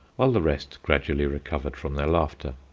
while the rest gradually recovered from their laughter.